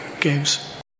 Games